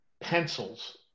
pencils